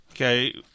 Okay